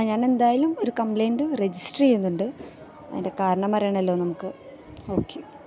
ഞാനെന്തായാലും ഒരു complaint register ചെയ്യുന്നുണ്ട് അതിന്റെ കാരണമറിയണമല്ലോ നമുക്ക് ഓക്കെ